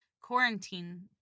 quarantine